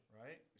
right